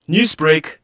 Newsbreak